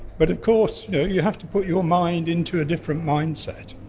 but of course yeah you have to put your mind into a different mindset.